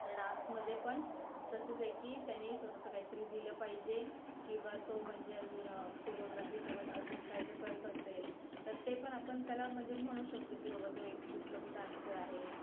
तर डान्समध्ये पण तसंच आहे की त्याने स्वतःचं काहीतरी दिलं पाहिजे किंवा तो म्हणजे अजून कोरियोग्राफीसोबत अजून काही जर करत असेल तर ते पण आपण त्याला म्हणजे म्हणू शकतो की बाबा तू एक उत्तम डान्सर आहे